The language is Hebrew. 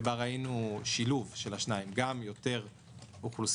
שבה ראינו שילוב של השניים: גם יותר אוכלוסיות